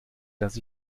dass